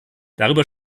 darüber